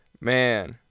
man